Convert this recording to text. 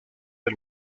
del